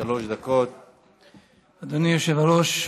אדוני היושב-ראש,